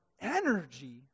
energy